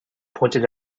pointed